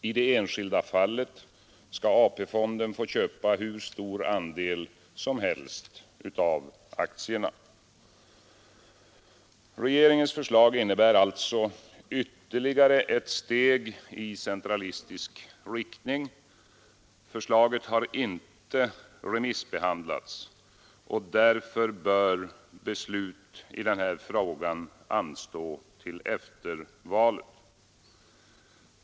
I det enskilda fallet skall AP-fonden få köpa hur stor andel som helst av aktierna. Regeringens förslag innebär alltså ytterligare ett steg i centralistisk riktning. Förslaget har inte remissbehandlats. Därför bör beslut i denna fråga anstå till efter valet.